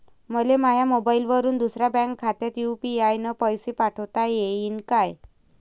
मले माह्या मोबाईलवरून दुसऱ्या बँक खात्यात यू.पी.आय न पैसे पाठोता येईन काय?